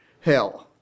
hell